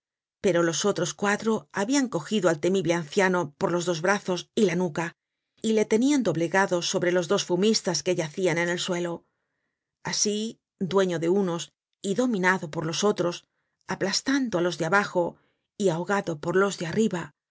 pero los otros cuatro habian cogido al temible anciano por los dos brazos y la nuca y le tenian doblegado sobre los dos fumistas que yacian en el suelo asi dueño de unos y dominado por los otros aplastando á los de abajo y ahogado por los de arriba